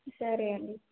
సరే అండి